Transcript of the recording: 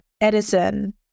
Edison